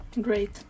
Great